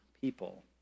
people